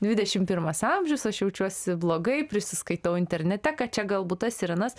dvidešim pirmas amžius aš jaučiuosi blogai prisiskaitau internete ką čia galbūt tas ir anas